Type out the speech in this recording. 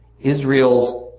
Israel's